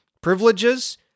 privileges